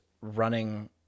running